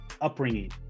upbringing